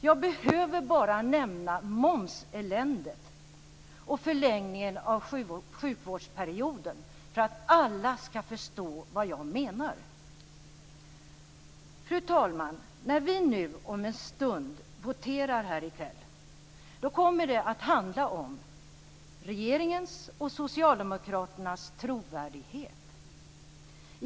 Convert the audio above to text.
Jag behöver bara nämna momseländet och förlängningen av sjukvårdsperioden för att alla skall förstå vad jag menar. Fru talman! När vi nu om en stund voterar här i kväll kommer det att handla om regeringens och socialdemokraternas trovärdighet.